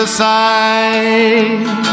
side